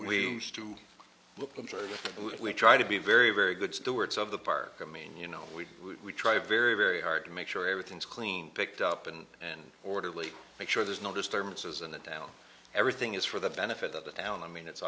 we try to be very very good stewards of the park i mean you know we try very very hard to make sure everything's clean picked up and and orderly make sure there's no this thermoses in the town everything is for the benefit of the town i mean it's